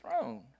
throne